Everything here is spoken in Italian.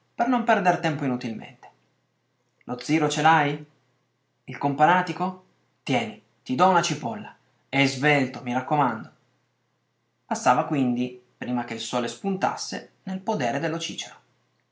per non perder tempo inutilmente lo ziro ce l'hai il companatico tieni ti do una cipolla e svelto mi raccomando passava quindi prima che il sole spuntasse nel podere del